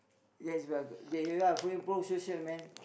let's to improve social man